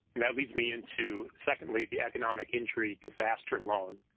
that leads me into secondly, the economic injury disaster loans,